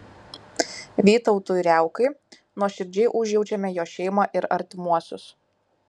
vytautui riaukai nuoširdžiai užjaučiame jo šeimą ir artimuosius